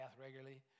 regularly